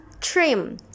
trim